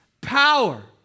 power